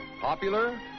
Popular